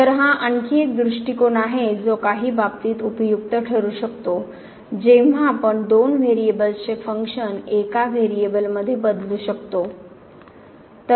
तर हा आणखी एक दृष्टिकोन आहे जो काही बाबतीत उपयुक्त ठरू शकतो जेव्हा आपण दोन व्हेरिएबल्सचे फंक्शन एका व्हेरिएबलमध्ये बदलू शकतो